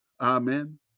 Amen